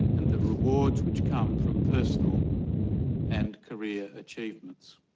and the rewards which come from personal and career achievements.